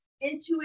intuitive